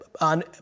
on